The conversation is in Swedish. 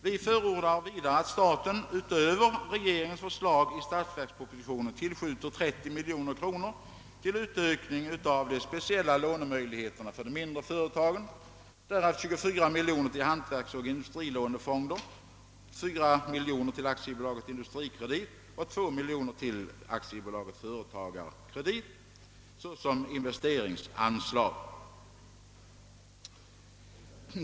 Vi förordar vidare att staten, utöver regeringens förslag i statsverkspropositionen, tillskjuter 30 miljoner kronor till utökning av de speciella lånemöjligheterna för de mindre företagen, varav 24 miljoner kronor till hantverksoch industrilånefonden, 4 miljoner till AB Industrikredit och 2 miljoner kronor till AB Företagskredit såsom investeringsanslag.